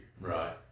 Right